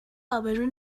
ابرو